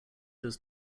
does